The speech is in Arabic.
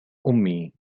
أمي